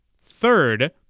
Third